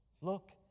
Look